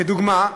כדוגמה,